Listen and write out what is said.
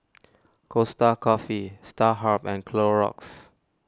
Costa Coffee Starhub and Clorox